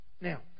Now